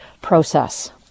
process